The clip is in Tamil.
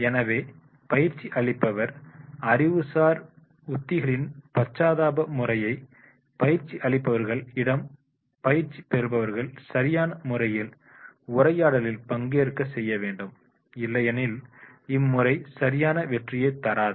எனவே பயிற்சி அளிப்பவர் அறிவுசார் உத்திகளின் பச்சாதாப முறையை பயிற்சி அளிப்பவர்கள் இடம் பயிற்சி பெறுபவர்கள் சரியான முறையில் உரையாடலில் பங்கேற்க செய்ய வேண்டும் இல்லையெனில் இம்முறை சரியான வெற்றியை தராது